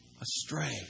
astray